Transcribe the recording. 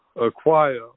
acquire